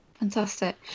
Fantastic